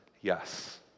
Yes